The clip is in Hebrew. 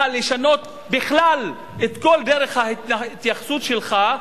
לשנות בכלל את כל דרך ההתייחסות שלך,